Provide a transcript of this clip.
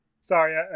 Sorry